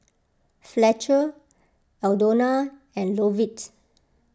Fletcher Aldona and Lovett